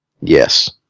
Yes